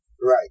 Right